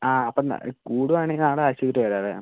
ആ അപ്പോൾ കൂടുകയാണെങ്കിൽ നാളെ ആശുപത്രിയിൽ വരാമേ